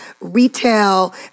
retail